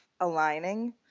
aligning